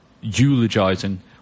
eulogising